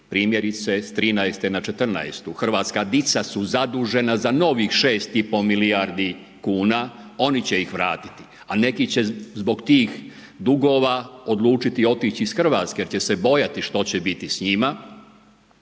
Primjerice, s 13-te na 14-tu Hrvatska dica su zadužena za novih 6 i pol milijardi kuna, oni će ih vratiti, a neki će zbog tih dugova odlučiti otići iz Hrvatske jer će se bojati što će biti s njima,